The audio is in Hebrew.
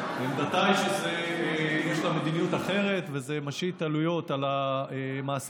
עמדתה זה שיש לה מדיניות אחרת ושזה משית עלויות על המעסיקים,